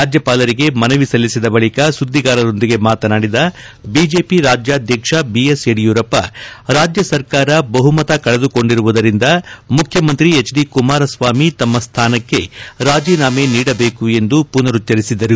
ರಾಜ್ಯಪಾಲರಿಗೆ ಮನವಿ ಸಲ್ಲಿಸಿದ ಬಳಿಕ ಸುದ್ದಿಗಾರರೊಂದಿಗೆ ಮಾತನಾಡಿದ ಬಿಜೆಪಿ ರಾಜ್ಯಾಧ್ಯಕ್ಷ ಬಿ ಎಸ್ ಯಡಿಯೂರಪ್ಪ ರಾಜ್ಯ ಸರ್ಕಾರ ಬಹುಮತ ಕಳೆದುಕೊಂಡಿರುವುದರಿಂದ ಮುಖ್ಯಮಂತ್ರಿ ಎಚ್ ಡಿ ಕುಮಾರಸ್ವಾಮಿ ತಮ್ನ ಸ್ವಾನಕ್ಕೆ ರಾಜೀನಾಮೆ ನೀಡಬೇಕು ಎಂದು ಪುನರುಚ್ಗರಿಸಿದರು